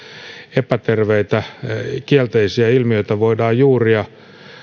epäterveitä kielteisiä ilmiöitä voidaan juuria